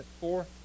Four